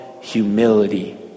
humility